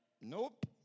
Nope